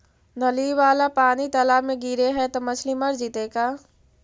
नली वाला पानी तालाव मे गिरे है त मछली मर जितै का?